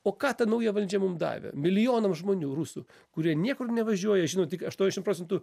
o ką ta nauja valdžia mum davė milijonam žmonių rusų kurie niekur nevažiuoja žino tik aštuoniasdešim procentų